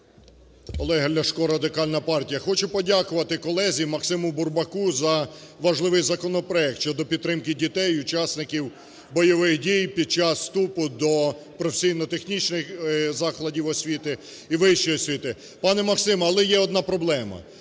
Олег Ляшко, Радикальна партія. Хочу подякувати колезі МаксимуБурбаку за важливий законопроект щодо підтримки дітей учасників бойових дій під час вступу до професійно-технічних закладів освіти і вищої освіти. Пане Максим, але є одна проблема.